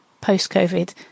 post-covid